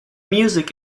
music